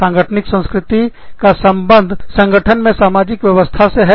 सांगठनिक संस्कृति का संदर्भसंबंध संगठन के सामाजिक व्यवस्था से हैं